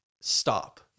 Stop